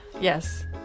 Yes